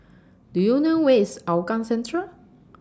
Do YOU know Where IS Hougang Central